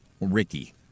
Ricky